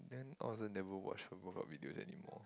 then I also never watch her workout videos anymore